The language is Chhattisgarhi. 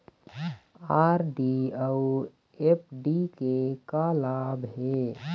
आर.डी अऊ एफ.डी के का लाभ हे?